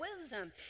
wisdom